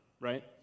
right